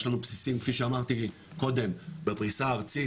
יש לנו בסיסים כפי שאמרתי קודם בפריסה הארצית